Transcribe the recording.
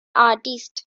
artists